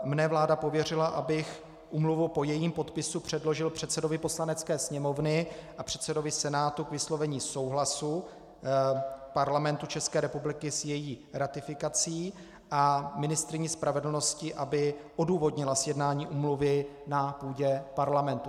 Mne vláda pověřila, abych úmluvu po jejím podpisu předložil předsedovi Poslanecké sněmovny a předsedovi Senátu k vyslovení souhlasu Parlamentu České republiky s její ratifikací a ministryni spravedlnosti, aby odůvodnila sjednání úmluvy na půdě Parlamentu.